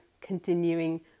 continuing